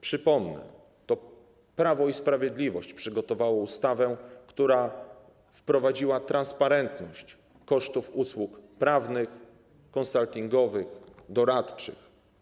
Przypomnę, to Prawo i Sprawiedliwość przygotowało ustawę, która wprowadziła transparentność kosztów usług prawnych, konsultingowych, doradczych.